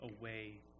away